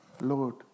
Lord